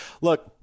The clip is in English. Look